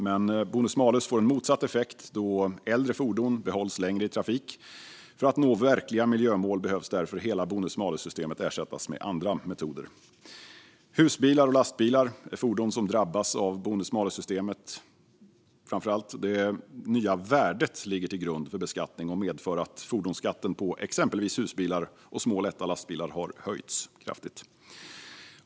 Men bonus-malus får motsatt effekt då äldre fordon behålls längre i trafik. För att nå verkliga miljömål behöver därför hela bonus-malus-systemet ersättas med andra metoder. Husbilar och lastbilar drabbas framför allt av bonus-malus-systemet då det nya värdet ligger till grund för beskattning och har medfört att fordonsskatten på exempelvis husbilar och små lätta lastbilar har höjts kraftigt.